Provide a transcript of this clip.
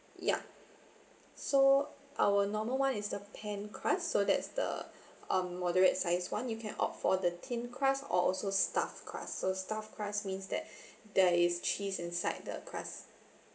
yup so our normal [one] is the pan crust so that's the um moderate size [one] you can opt for the thin crust or also stuffed crust so stuffed crust means that there is cheese inside the crust